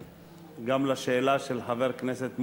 וגם, לשאלה של חבר הכנסת מולה,